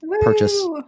purchase